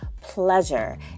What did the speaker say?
pleasure